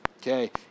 Okay